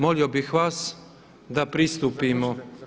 Molio bih vas da pristupimo.